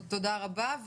תודה רבה.